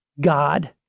God